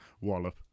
wallop